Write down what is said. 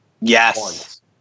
Yes